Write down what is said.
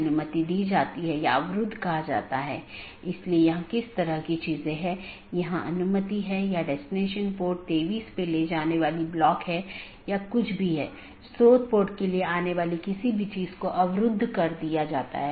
इसलिए चूंकि यह एक पूर्ण मेश है इसलिए पूर्ण मेश IBGP सत्रों को स्थापित किया गया है यह अपडेट को दूसरे के लिए प्रचारित नहीं करता है क्योंकि यह जानता है कि इस पूर्ण कनेक्टिविटी के इस विशेष तरीके से अपडेट का ध्यान रखा गया है